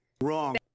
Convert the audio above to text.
Wrong